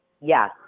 Yes